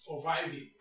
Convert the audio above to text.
surviving